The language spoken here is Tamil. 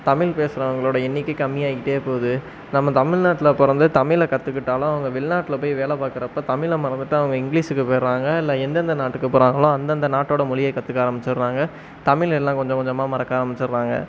தமிழ் பேசுகிறவங்களோட எண்ணிக்கை கம்மி ஆகிக்கிட்டே போது நம்ம தமிழ் நாட்டில் பிறந்து தமிழை கற்றுக்கிட்டாலும் அங்கே வெளிநாட்டில் போய் வேலை பார்க்குறப்ப தமிழை மறந்துவிட்டு அவங்க இங்கிலிஷீக்கு போயிட்றாங்க இல்லை எந்தெந்த நாட்டுக்கு போகிறாங்களோ அந்தந்த நாட்டோடய மொழியை கற்றுக்க ஆரம்மிச்சிட்றாங்க தமிழ் எல்லாம் கொஞ்சம் கொஞ்சமாக மறக்க ஆரம்மிச்சிட்றாங்க